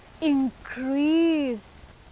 increase